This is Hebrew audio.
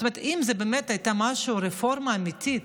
זאת אומרת, אם זו באמת הייתה רפורמה אמיתית,